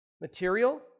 material